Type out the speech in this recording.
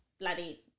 bloody